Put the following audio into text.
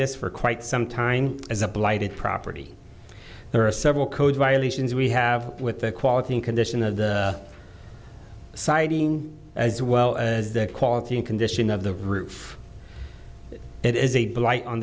this for quite some time as a blighted property there are several code violations we have with the quality and condition of the siding as well as the quality and condition of the roof it is a blight on